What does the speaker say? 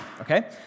okay